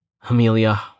Amelia